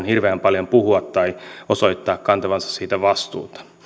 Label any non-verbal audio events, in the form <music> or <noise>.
<unintelligible> hirveän paljon puhua tai osoittaa kantavansa siitä vastuuta